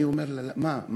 אני שואל אותה, מה קרה?